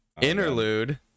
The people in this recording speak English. interlude